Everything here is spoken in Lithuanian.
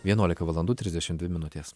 vienuolika valandų trisdešimt dvi minutės